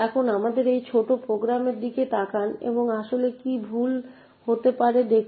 এখন আমাদের এই ছোট প্রোগ্রাম এর দিকে তাকান এবং আসলে কি ভুল হতে পারে দেখুন